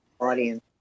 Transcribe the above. Audience